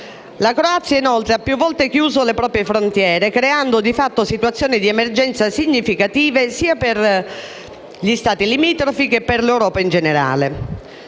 La Croazia, inoltre, ha più volte chiuso le proprie frontiere, creando di fatto situazioni di emergenza significative sia per gli Stati limitrofi, che per l'Europa in generale.